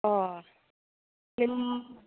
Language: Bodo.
अ नों